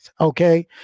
okay